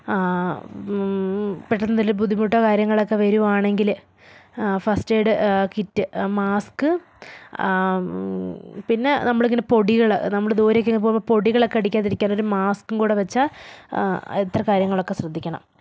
പെട്ടെന്നെന്തെങ്കിലും ബുദ്ധിമുട്ടോ കാര്യങ്ങളൊക്കെ വരികയാണെങ്കിൽ ഫസ്റ്റ് എയ്ഡ് കിറ്റ് മാസ്ക് പിന്നെ നമ്മളിങ്ങനെ പൊടികൾ നമ്മൾ ദൂരേക്കൊക്കെ പോകുമ്പോൾ പൊടികളൊക്കെ അടിക്കാതിരിക്കാനൊരു മാസ്ക്കും കൂടെ വെച്ചാൽ ഇത്ര കാര്യങ്ങളൊക്കെ ശ്രദ്ധിക്കണം